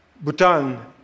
Bhutan